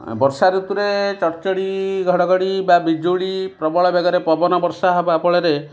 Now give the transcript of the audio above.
ବର୍ଷା ଋତୁରେ ଚଡ଼୍ଚଡ଼ି ଘଡ଼ଘଡ଼ି ବା ବିଜୁଳି ପ୍ରବଳ ବେଗରେ ପବନ ବର୍ଷା ହେବା ଫଳରେ